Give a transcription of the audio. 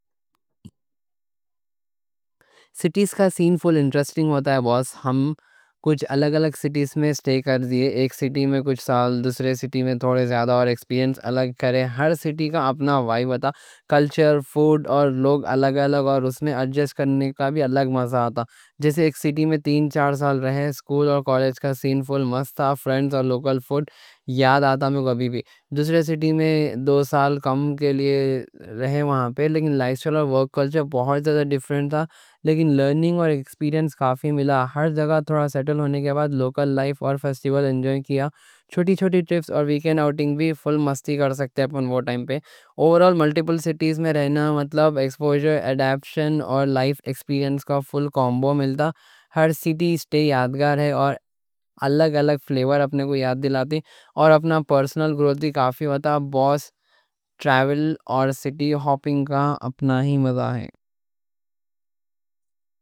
سٹیز کا سین فل اِنٹرسٹنگ ہوتا ہے بوس، ہم کچھ الگ الگ سٹیز میں سٹے کر دیئے۔ ایک سٹی میں کچھ سال، دوسرے سٹی میں تھوڑے زیادہ، اور ایکسپیرینس الگ۔ ہر سٹی کا اپنا وائب ہوتا، کلچر، فوڈ اور لوگ الگ الگ، اور اس میں اَجسٹ کرنے کا بھی الگ محسوس ہوتا۔ جیسے ایک سٹی میں تین چار سال رہے، اسکول اور کالج کا سین فل مزہ تھا، فرینڈز اور لوکل فوڈ یاد آتا، میں کبھی بھی۔ دوسرے سٹی میں دو سال کم کے لیے رہے وہاں پہ، لیکن لائف اسٹائل اور ورک کلچر بہت زیادہ ڈیفرنٹ تھا۔ لیکن لیکن لرننگ اور ایکسپیرینس کافی ملا۔ ہر جگہ تھوڑا سیٹل ہونے کے بعد لوکل لائف اور فیسٹیول انجوائے کیا۔ چھوٹی چھوٹی ٹرپس اور ویکینڈ آؤٹنگ بھی فل مستی کر سکتے اپنے وہ ٹائم پہ۔ اوورآل ملٹی پل سٹیز میں رہنا مطلب ایکسپوژر، اڈاپشن اور لائف ایکسپیرینس کا فل کومبو ملتا۔ ہر سٹی سٹے یادگار ہے اور الگ الگ فلیور اپنے کو یاد دلاتے، اور اپنا پرسنل گروتھ کافی ہوتا۔ بوس، ٹریول اور سٹی ہاپنگ کا اپنا ہی مزہ ہے۔